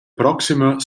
proxima